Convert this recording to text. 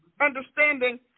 understanding